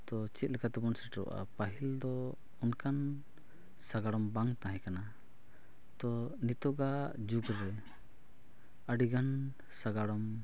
ᱛᱳ ᱪᱮᱫ ᱞᱮᱠᱟ ᱛᱮᱵᱚᱱ ᱥᱮᱴᱮᱨᱚᱜᱼᱟ ᱯᱟᱹᱦᱤᱞ ᱫᱚ ᱚᱱᱠᱟᱱ ᱥᱟᱜᱟᱲᱚᱢ ᱵᱟᱝ ᱛᱟᱦᱮᱸ ᱠᱟᱱᱟ ᱛᱳ ᱱᱤᱛᱳᱜᱟᱜ ᱡᱩᱜᱽ ᱨᱮ ᱟᱹᱰᱤᱜᱟᱱ ᱥᱟᱜᱟᱲᱚᱢ